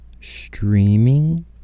streaming